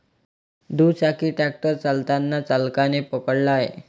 दुचाकी ट्रॅक्टर चालताना चालकाने पकडला आहे